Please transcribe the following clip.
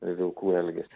vilkų elgesį